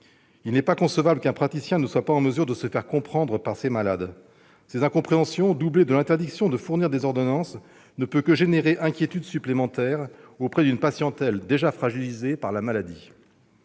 Il n'est pas concevable qu'un praticien ne soit pas en mesure de se faire comprendre par ses malades. Cette incompréhension, doublée de l'interdiction de délivrer des ordonnances, ne peut que susciter des inquiétudes supplémentaires auprès d'une patientèle déjà fragilisée par la maladie.